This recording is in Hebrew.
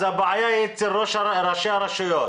אז הבעיה היא אצל ראשי הרשויות